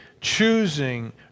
choosing